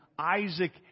Isaac